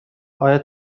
آیا